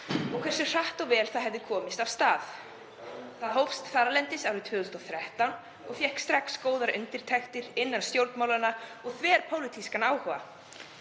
og hversu hratt og vel það hefði komist af stað. Það hófst þarlendis árið 2013 og fékk strax góðar undirtektir innan stjórnmálanna og þverpólitískan áhuga.